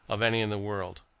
of any in the world.